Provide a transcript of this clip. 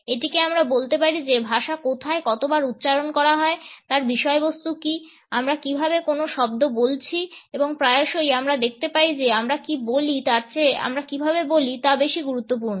এটিকে আমরা বলতে পারি যে ভাষা কোথায় কতবার উচ্চারণ করা হয় তার বিষয়বস্তু কি আমরা কীভাবে কোনো শব্দ বলছি এবং প্রায়শই আমরা দেখতে পাই যে আমরা কী বলি তার চেয়ে আমরা কীভাবে বলি তা বেশি গুরুত্বপূর্ণ